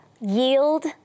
yield